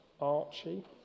Archie